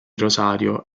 rosario